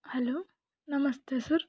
hello ನಮಸ್ತೆ sir